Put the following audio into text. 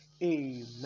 amen